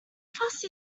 fast